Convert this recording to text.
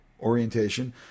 orientation